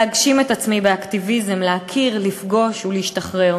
להגשים את עצמי באקטיביזם, להכיר, לפגוש ולהשתחרר.